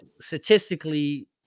statistically